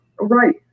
Right